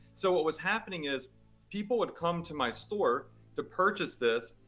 so what was happening is people would come to my store to purchase this,